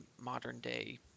modern-day